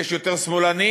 יש יותר שמאלנים,